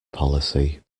policy